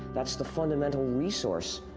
that's the fundamental resource,